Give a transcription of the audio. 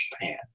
Japan